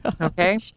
Okay